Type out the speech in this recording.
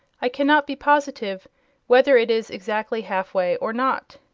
i cannot be positive whether it is exactly half way or not.